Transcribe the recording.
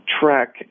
track